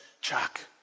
Chuck